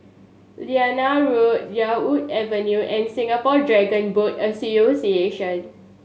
Liane Road Yarwood Avenue and Singapore Dragon Boat Association